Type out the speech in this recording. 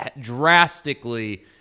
drastically